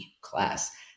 class